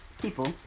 people